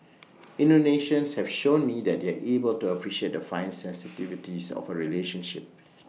Indonesians have shown me that they are able to appreciate the fine sensitivities of A relationship